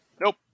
nope